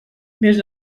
més